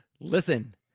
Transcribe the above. Listen